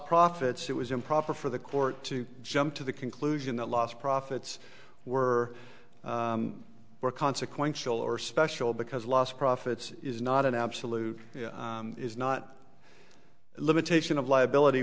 profits it was improper for the court to jump to the conclusion that lost profits were more consequential or special because lost profits is not an absolute is not limitation of liability